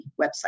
website